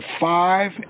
five